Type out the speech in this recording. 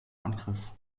angriff